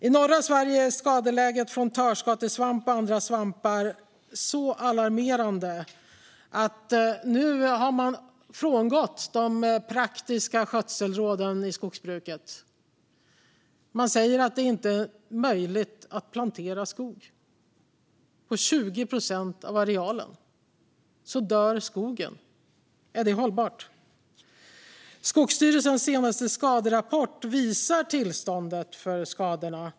I norra Sverige är skadeläget från törskatesvamp och andra svampar så alarmerande att man nu har frångått de praktiska skötselråden i skogsbruket. Man säger att det inte är möjligt att plantera skog. På 20 procent av arealen dör skogen. Är det hållbart? Skogsstyrelsens senaste skaderapport visar tillståndet för skadorna.